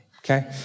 okay